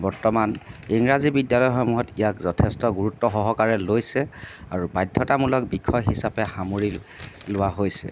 বৰ্তমান ইংৰাজী বিদ্যালয়সমূহত ইয়াক যথেষ্ট গুৰুত্ব সহকাৰে লৈছে আৰু বাধ্যতামূলক বিষয় হিচাপে সামৰি লোৱা হৈছে